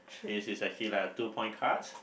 this is actually like a two point cards